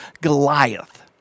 Goliath